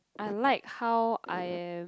I like how I am